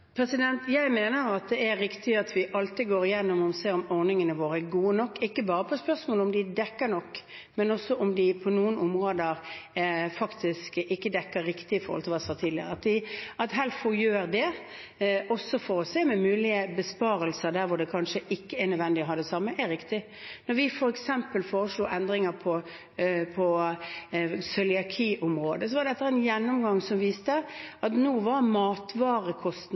Jeg mener det er riktig at vi alltid går igjennom og ser om ordningene våre er gode nok, ikke bare om de dekker nok, men også om de på noen områder ikke dekker riktig, sammenliknet med hvordan det var tidligere. At Helfo gjør det, også for se på muligheten for besparelser der hvor det kanskje ikke er nødvendig å ha det som før, er riktig. Da vi f.eks. foreslo endringer på cøliaki-området, var det etter en gjennomgang som viste at matvarekostnadene knyttet til glutenfrie matvarer var